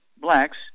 blacks